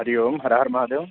Hari Om Har Har Mahadev